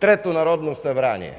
трето Народно събрание.